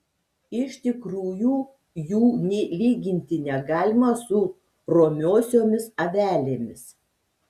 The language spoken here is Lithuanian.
iš tikrųjų jų nė lyginti negalima su romiosiomis avelėmis